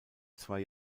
zwei